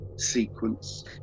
Sequence